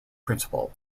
principle